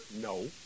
No